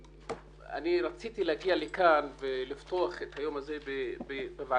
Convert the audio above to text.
אני רציתי להגיע לכאן ולפתוח את היום הזה בוועדה